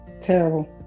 Terrible